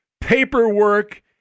paperwork